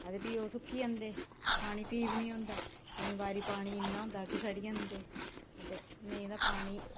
आ ते फ्ही सुक्की जंदे पानी फी बी नी हुंदा केईं बारी पानी इन्ना हुंदा की सड़ी जंदे नेई ता पानी